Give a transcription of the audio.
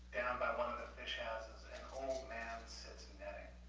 by one of the fish houses an old man sits netting.